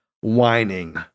whining